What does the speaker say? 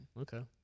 Okay